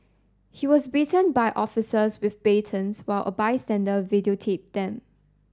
he was beaten by officers with batons while a bystander videotaped them